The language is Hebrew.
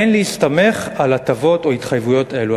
אין להסתמך על הטבות או התחייבויות אלה".